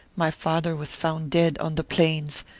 my father was found dead on the plains,